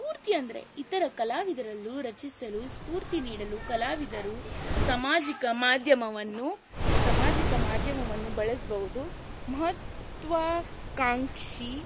ಸ್ಫೂರ್ತಿ ಅಂದರೆ ಇತರ ಕಲಾವಿದರಲ್ಲು ರಚಿಸಲು ಸ್ಫೂರ್ತಿ ನೀಡಲು ಕಲಾವಿದರು ಸಾಮಾಜಿಕ ಮಾಧ್ಯಮವನ್ನು ಸಾಮಾಜಿಕ ಮಾಧ್ಯಮವನ್ನು ಬಳಸ್ಬೌದು ಮಹತ್ವಾಕಾಂಕ್ಷಿ